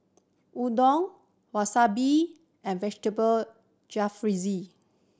Unadon Wasabi and Vegetable Jalfrezi